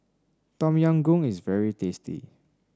Tom Yam Goong is very tasty